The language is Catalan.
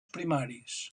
primaris